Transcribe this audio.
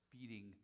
beating